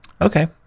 okay